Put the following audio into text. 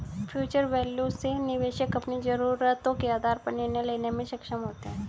future value से निवेशक अपनी जरूरतों के आधार पर निर्णय लेने में सक्षम होते हैं